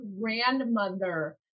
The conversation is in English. grandmother